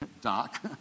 doc